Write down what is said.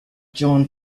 john